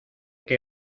que